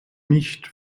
nicht